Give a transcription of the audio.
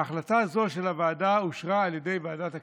ההחלטה הזו של הוועדה אושרה על ידי ועדת הכנסת.